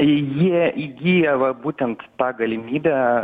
jie įgyja va būtent tą galimybę